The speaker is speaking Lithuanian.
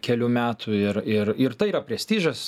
kelių metų ir ir ir tai yra prestižas